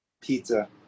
Pizza